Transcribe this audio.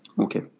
okay